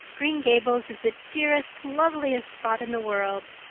green gables is the dearest, loveliest spot in the world.